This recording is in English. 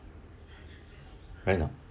right now